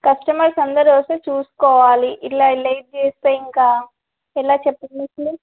customers అందరు వస్తే చూసుకోవాలి ఇలా ఇలా ఏమి చేస్తే ఇంకా ఇలా చెప్పండి అసలు